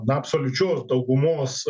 na absoliučios daugumos